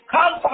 Come